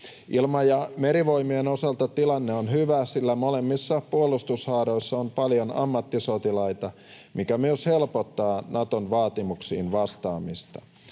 Ilma- ja merivoimien osalta tilanne on hyvä, sillä molemmissa puolustushaaroissa on paljon ammattisotilaita, mikä myös helpottaa Naton vaatimuksiin vastaamista.